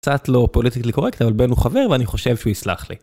קצת לא פוליטיקלי קורקט אבל בן הוא חבר ואני חושב שהוא יסלח לי.